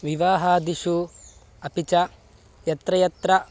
विवाहादिषु अपि च यत्र यत्र